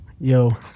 yo